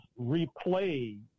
replay